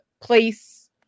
place